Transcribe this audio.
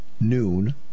noon